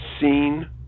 seen